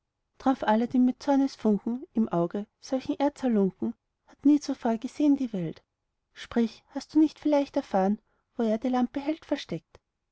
drauf aladdin mit zornesfunken im auge solchen erzhalunken hat nie zuvor gesehn die welt sprich hast du nicht vielleicht erfahren wo er die lampe hält versteckt